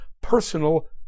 personal